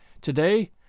Today